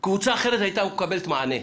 קבוצה אחרת הייתה מקבלת מענה.